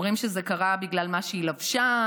אומרים שזה קרה בגלל מה שהיא לבשה,